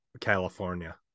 california